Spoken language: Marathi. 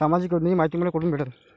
सामाजिक योजनेची मायती मले कोठून भेटनं?